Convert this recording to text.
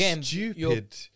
stupid